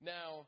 Now